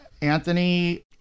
Anthony